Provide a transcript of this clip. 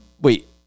Wait